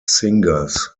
singers